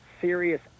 serious